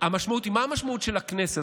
מה המשמעות של הכנסת?